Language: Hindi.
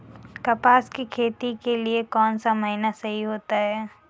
कपास की खेती के लिए कौन सा महीना सही होता है?